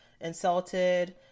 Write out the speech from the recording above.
insulted